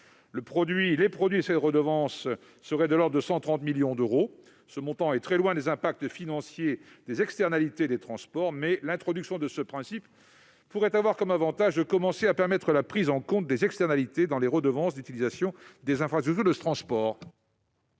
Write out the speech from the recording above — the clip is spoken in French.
le produit de cette redevance serait de l'ordre de 130 millions d'euros, un montant très éloigné des impacts financiers des externalités des transports. Mais l'introduction de ce principe pourrait avoir comme avantage de commencer à permettre la prise en compte des externalités dans les redevances d'utilisation des infrastructures de transport.